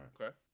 Okay